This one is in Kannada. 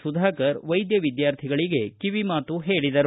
ಸುಧಾಕರ ವೈದ್ಯ ವಿದ್ಯಾರ್ಥಿಗಳಿಗೆ ಕಿವಿಮಾತು ಹೇಳಿದರು